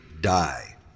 die